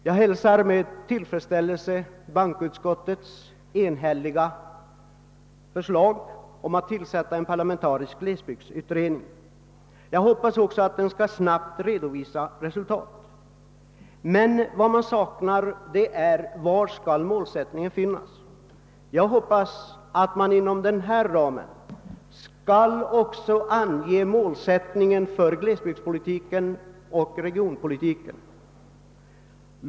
Jag hälsar med tillfredsställelse bankoutskottets enhälliga förslag att en parlamentarisk glesbygdsutredning skall tillsättas. Jag hoppas också att den snabbt skall redovisa resultat. Men vad man saknar är en målsättning för den. Jag hoppas att i utredningens direktiv också skall anges målsättningen för glesbygdsoch regionpolitiken.